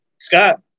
Scott